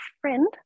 friend